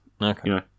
Okay